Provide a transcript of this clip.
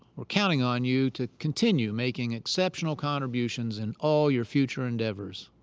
we're counting on you to continue making exceptional contributions in all your future endeavors.